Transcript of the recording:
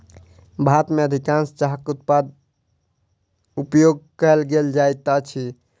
भारत में अधिकाँश चाहक उत्पाद उपयोग कय लेल जाइत अछि